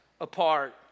apart